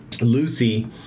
Lucy